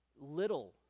little